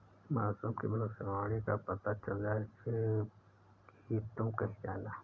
मौसम की भविष्यवाणी का पता चल जाए फिर ही तुम कहीं जाना